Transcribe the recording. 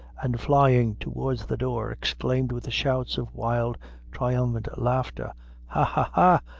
and flying towards the door, exclaimed with shouts of wild triumphant laughter ha, ha,